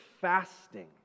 fasting